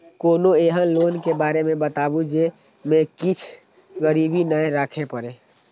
कोनो एहन लोन के बारे मे बताबु जे मे किछ गीरबी नय राखे परे?